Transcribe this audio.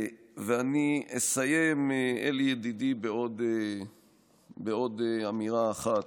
ואני אסיים, אלי, ידידי, בעוד אמירה אחת: